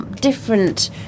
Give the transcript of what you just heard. different